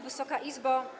Wysoka Izbo!